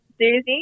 Susie